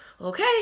okay